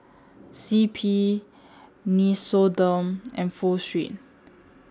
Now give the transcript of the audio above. C P Nixoderm and Pho Street